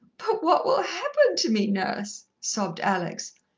but what will happen to me, nurse? sobbed alex.